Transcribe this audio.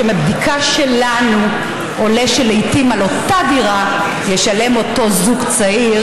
שמבדיקה שלנו עולה שלעיתים על אותה דירה ישלם אותו זוג צעיר